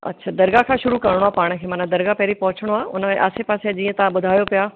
अच्छा दरगाह खां शुरू करिणो आहे पाण खे माना दरगाह पहिरीं पहुचणो आहे उनजे आसे पासे जीअं तव्हां ॿुधायो पिया